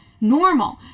Normal